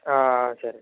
సరే